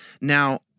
Now